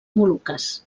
moluques